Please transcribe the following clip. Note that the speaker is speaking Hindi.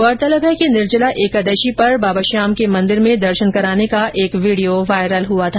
गौरतलब है कि निर्जला एकादशी पर बाबा श्याम के मंदिर में दर्शन कराने का एक वीडियो वायरल हुआ था